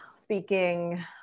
speaking